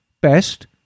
Best